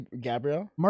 Gabriel